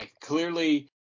clearly